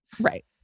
right